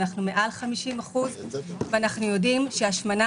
אנחנו מעל 50%. אנחנו יודעים שהשמנה